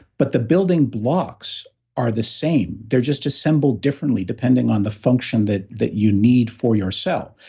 but the building blocks are the same. they're just assembled differently depending on the function that that you need for your cell.